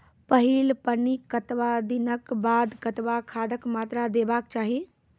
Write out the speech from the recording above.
पहिल पानिक कतबा दिनऽक बाद कतबा खादक मात्रा देबाक चाही?